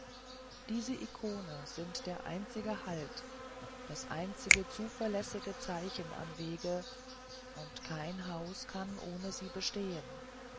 diese ikone sind der einzige halt das einzige zuverlässige zeichen am wege und kein haus kann ohne sie bestehen